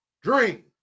dream